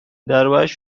دربارهاش